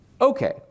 Okay